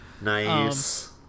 Nice